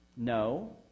No